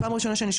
מה הנוהל?